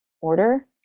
order